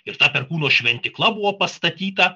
ir ta perkūno šventykla buvo pastatyta